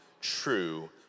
true